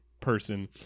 person